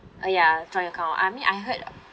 uh ya joint account I mean I heard